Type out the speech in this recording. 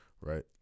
right